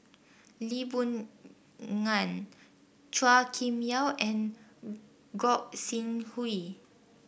Lee Boon Ngan Chua Kim Yeow and Gog Sing Hooi